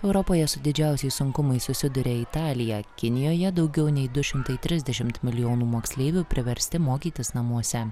europoje su didžiausiais sunkumais susiduria italija kinijoje daugiau nei du šimtai trisdešimt milijonų moksleivių priversti mokytis namuose